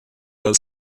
dal